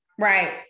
Right